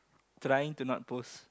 trying to not post